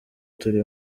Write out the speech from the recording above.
turi